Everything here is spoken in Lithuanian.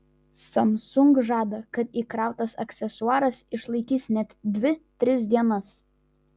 samsung žada kad įkrautas aksesuaras išlaikys net dvi tris dienas